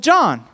John